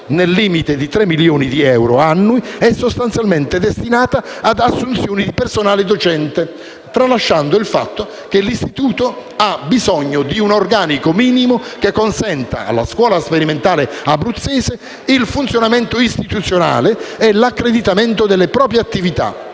nel limite di 3 milioni di euro annui è sostanzialmente destinata ad assunzioni di personale docente, tralasciando il fatto che l'istituto ha bisogno di un organico minimo che consenta alla Scuola sperimentale abruzzese il funzionamento istituzionale e l'accreditamento delle proprie attività.